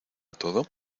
todo